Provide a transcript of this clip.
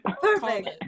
Perfect